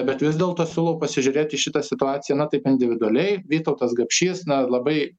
bet vis dėlto siūlau pasižiūrėti į šitą situaciją taip individualiai vytautas gapšys na labai